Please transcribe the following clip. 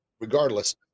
Regardless